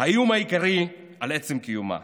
האיום העיקרי על עצם קיומה.